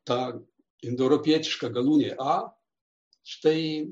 ta indoeuropietiška galūnė a štai